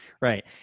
right